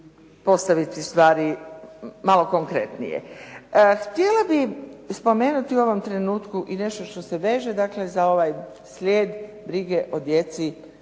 postaviti stvari malo konkretnije. Htjela bih spomenuta u ovom trenutku i nešto što se veže za ovaj slijed brige o djeci,